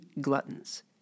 gluttons